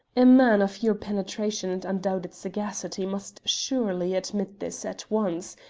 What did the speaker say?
a man of your penetration and undoubted sagacity must surely admit this at once,